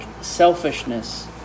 selfishness